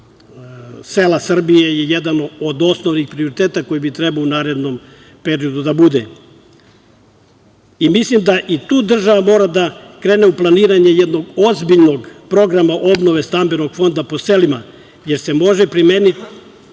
sela Srbije je jedan od osnovnih prioriteta koji bi trebalo u narednom periodu da bude. Mislim da i tu država treba da krene u planiranje jednog ozbiljnog programa obnove stambenog fonda po selima, jer se može primetiti